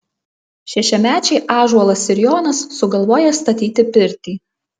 šešiamečiai ąžuolas ir jonas sugalvoja statyti pirtį